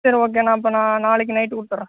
சரி ஓகே நான் அப்போ நான் நாளைக்கு நைட்டு கொடுத்துட்றேன்